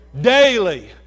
daily